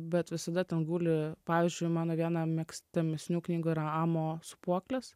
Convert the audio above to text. bet visada ten guli pavyzdžiui mano viena mėgstamesnių knygų yra amo sūpuoklės